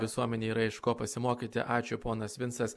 visuomenei yra iš ko pasimokyti ačiū ponas vincas